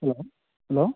hello hello